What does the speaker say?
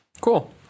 Cool